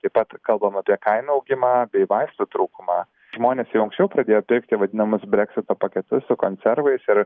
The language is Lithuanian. taip pat kalbam apie kainų augimą bei vaistų trūkumą žmonės jau anksčiau pradėjo pirkti vadinamus breksito paketus su konservais ir